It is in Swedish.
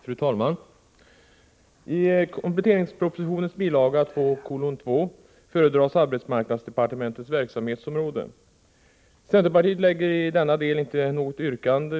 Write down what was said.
Fru talman! I kompletteringspropositionens bilaga 2:2 föredras arbetsmarknadsdepartementets verksamhetsområde. Centerpartiet ställer i denna del inte något yrkande.